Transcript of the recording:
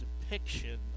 depiction